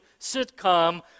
sitcom